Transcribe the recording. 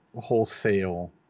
wholesale